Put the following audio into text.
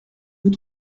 vous